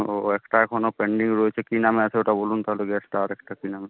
ও একটা এখনও পেণ্ডিং রয়েছে কী নামে আছে ওটা বলুন তাহলে গ্যাসটা আর একটা কী নামে